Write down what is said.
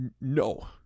No